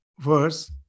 verse